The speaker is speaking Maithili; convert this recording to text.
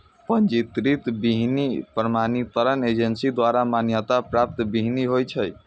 पंजीकृत बीहनि प्रमाणीकरण एजेंसी द्वारा मान्यता प्राप्त बीहनि होइ छै